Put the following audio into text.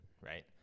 right